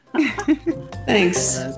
Thanks